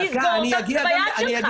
תסגור, זה ביד שלך.